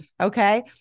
okay